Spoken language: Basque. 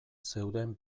zeuden